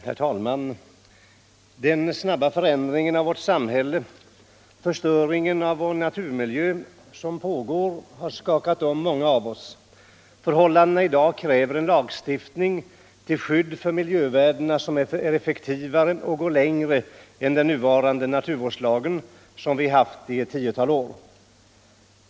Herr talman! Den snabba förändringen av vårt samhälle och den förstöring av vår naturmiljö som pågår har skakat om många av oss. Förhållandena i dag kräver till skydd för miljövärdena en lagstiftning, som är effektivare och går längre än den naturvårdslag som vi haft i ett tiotal år.